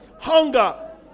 Hunger